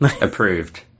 approved